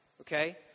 okay